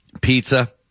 pizza